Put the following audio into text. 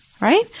Right